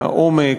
מהעומק,